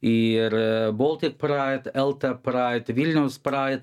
ir baltic praid elta praid vilniaus praid